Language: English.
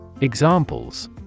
Examples